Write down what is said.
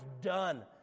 done